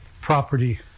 property